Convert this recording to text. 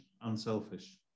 unselfish